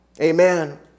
Amen